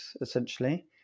essentially